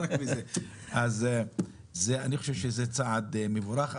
אז אני חושב שזה צעד מבורך ,